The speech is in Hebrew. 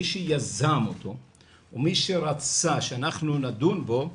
מי שיזם אותו או מי שרצה שאנחנו נדון בו,